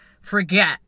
forget